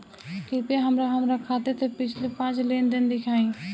कृपया हमरा हमार खाते से पिछले पांच लेन देन दिखाइ